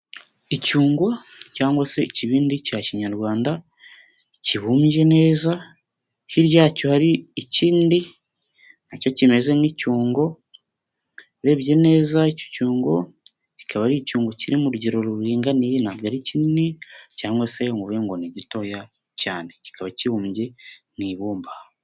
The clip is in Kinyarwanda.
Icyungo cyangwa se ikibindi cya kinyarwanda kibumbye neza, hirya yacyo hari ikindi nacyo kimeze nk'icyungo, urebye neza icyo cyungo kikaba ari icyungo kiri mu rugero ruringaniye ntabwo ari kinini cyangwa se ngo uvuge ngo ni gitoya cyane kikaba kibumbye mu ibumba.